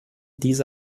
diese